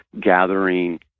gathering